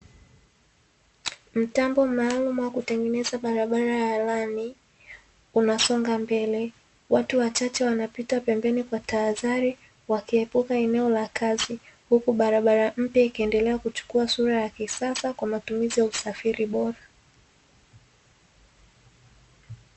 Mtambo maalumu wa kutengeneza barabara ya lami, unasonga mbele, watu wachache wanapita pembeni kwa tahadhari, wakiepuka eneo la kazi. Huku barabara mpya ikiendelea kuchukua sura ya kisasa, kwa matumizi ya usafiri bora.